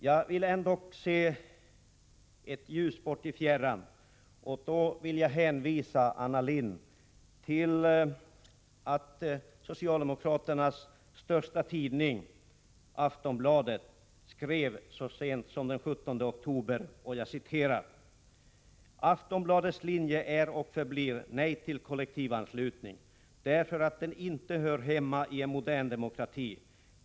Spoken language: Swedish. Jag ser ändå ett ljus borta i fjärran, och jag vill påpeka för Anna Lindh att socialdemokraternas största tidning Aftonbladet så sent som den 17 oktober skrev: ”Aftonbladets linje är och förblir nej till kollektivanslutning. Därför att den inte hör hemma i en modern demokrati.